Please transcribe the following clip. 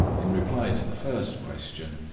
in reply to the first question,